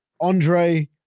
andre